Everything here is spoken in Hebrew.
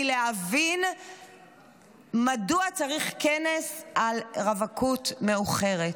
להבין מדוע צריך כנס על רווקות מאוחרת,